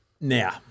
Now